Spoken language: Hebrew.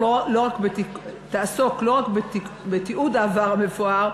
תעסוק לא רק בתיעוד העבר המפואר,